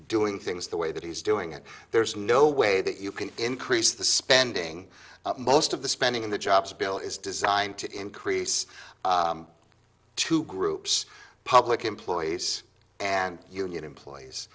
doing things the way that he's doing it there's no way that you can increase the spending most of the spending in the jobs bill is designed to increase two groups public employees and union employees